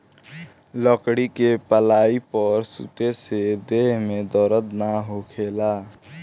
लकड़ी के पलाई पर सुते से देह में दर्द ना होखेला